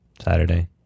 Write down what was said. Saturday